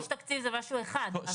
לא, לדרוש תקציב זה משהו אחד.